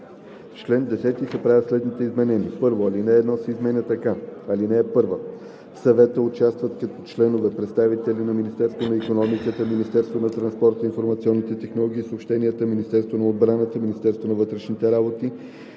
чл. 10 се правят следните изменения: 1. Алинея 1 се изменя така: „(1) В съвета участват като членове представители на Министерството на икономиката, Министерството на транспорта, информационните технологии и съобщенията, Министерството на отбраната, Министерството на вътрешните работи,